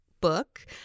book